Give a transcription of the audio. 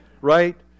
right